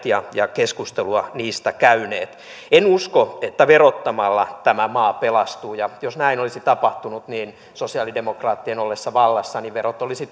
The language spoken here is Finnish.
ja ja keskustelua niistä käyneet en usko että verottamalla tämä maa pelastuu jos näin olisi tapahtunut niin sosialidemokraattien ollessa vallassa verot olisi